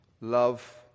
love